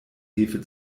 hefe